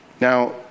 Now